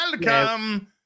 welcome